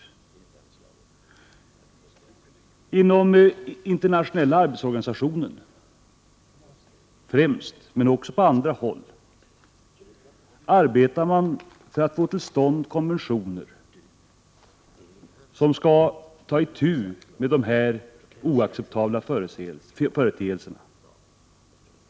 Främst inom internationella arbetsorganisationen men också på andra håll arbetar man för att få till stånd konventioner i syfte att komma till rätta med dessa oacceptabla företeelser.